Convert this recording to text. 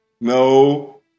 No